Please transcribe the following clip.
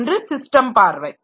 மற்றொன்று ஸிஸ்டம் பார்வை